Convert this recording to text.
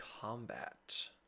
combat